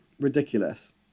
ridiculous